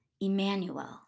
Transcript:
Emmanuel